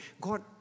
God